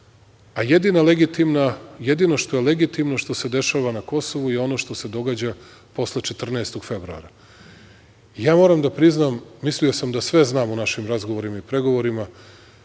jedino što je legitimno, što se dešava na Kosovu i ono što se događa posle 14. februara. Ja moram da priznam, mislio sam da sve znam o našim razgovorima i pregovorima